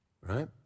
right